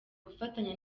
gufatanya